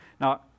Now